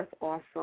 awesome